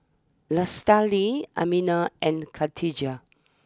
Lestari Aminah and Khatijah